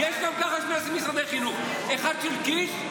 יש גם ככה שני משרדי חינוך: אחד של קיש,